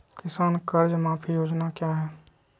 किसान कर्ज माफी योजना क्या है?